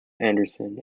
anderson